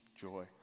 joy